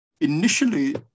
Initially